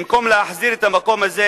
במקום להחזיר את המקום הזה